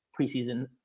preseason